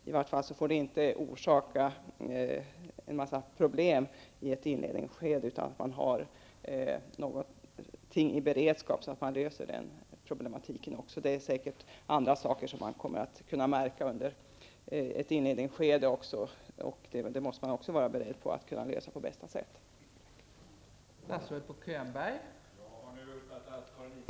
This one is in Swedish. I varje fall får detta inte medföra en mängd problem i inledningsskedet. Vi måste därför ha en beredskap för att kunna klara den här problematiken också. Säkert stöter man också på andra saker i inledningsskedet. Då måste man vara beredd på att kunna lösa dessa nya frågor på bästa sätt.